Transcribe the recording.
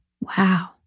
Wow